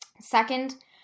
Second